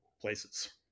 places